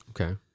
Okay